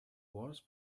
wars